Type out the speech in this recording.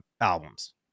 albums